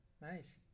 Nice